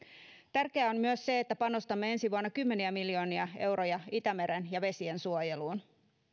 tärkeää on myös se että panostamme ensi vuonna kymmeniä miljoonia euroja itämeren suojeluun ja vesiensuojeluun